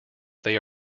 they